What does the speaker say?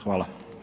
Hvala.